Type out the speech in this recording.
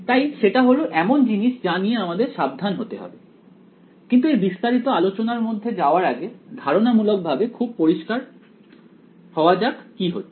তাই সেটা হল এমন জিনিস যা নিয়ে আমাদের সাবধান হতে হবে কিন্তু এই বিস্তারিত আলোচনার মধ্যে যাওয়ার আগে ধারণামূলকভাবে খুব পরিষ্কার হওয়া যাক কি হচ্ছে